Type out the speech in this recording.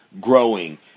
growing